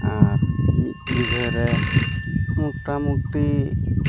ᱟᱨ ᱢᱤᱫ ᱵᱤᱜᱷᱟᱹᱨᱮ ᱢᱚᱴᱟᱢᱩᱴᱤ